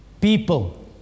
people